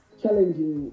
challenging